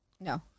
No